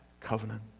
covenant